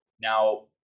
Now